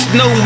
no